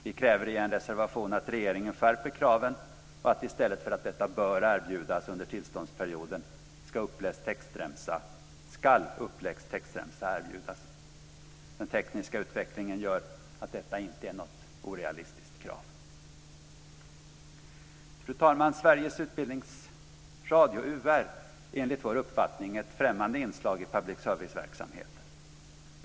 Vi kräver i en reservation att regeringen skärper kraven och att i stället för att detta bör erbjudas under tillståndsperioden ska uppläst textremsa erbjudas. Den tekniska utvecklingen gör att detta inte är något orealistiskt krav. Fru talman! Sveriges Utbildningsradio, UR, är enligt vår uppfattning ett främmande inslag i public service-verksamheten.